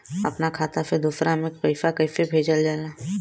अपना खाता से दूसरा में पैसा कईसे भेजल जाला?